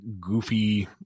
goofy